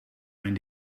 mijn